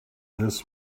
this